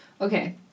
Okay